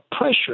pressure